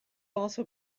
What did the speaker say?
also